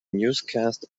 newscasts